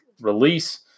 release